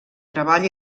treball